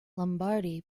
lombardi